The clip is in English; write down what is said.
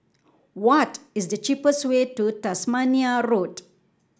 what is the cheapest way to Tasmania Road